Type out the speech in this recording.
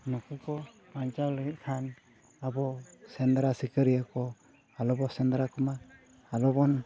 ᱱᱩᱠᱩ ᱠᱚ ᱵᱟᱧᱪᱟᱣ ᱞᱟᱹᱜᱤᱫ ᱠᱷᱟᱱ ᱟᱵᱚ ᱥᱮᱸᱫᱽᱨᱟ ᱥᱤᱠᱟᱹᱨᱤᱭᱟᱹ ᱠᱚ ᱟᱞᱚ ᱠᱚ ᱥᱮᱱ ᱫᱟᱲᱮᱭᱟᱜ ᱢᱟ ᱟᱞᱚᱵᱚᱱ